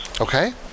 Okay